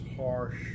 harsh